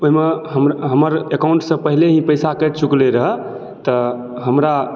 ओहीमे हम हमर अकाउंटसँ पहिले ही पैसा कटि चुकलै रहै तऽ हमरा